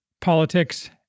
politics